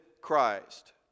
christ